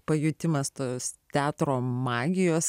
pajutimas tas teatro magijos